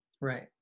Right